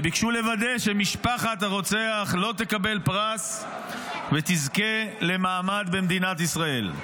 הם ביקשו לוודא שמשפחת הרוצח לא תקבל פרס ותזכה למעמד במדינת ישראל.